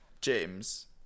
James